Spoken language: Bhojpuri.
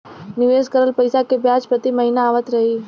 निवेश करल पैसा के ब्याज प्रति महीना आवत रही?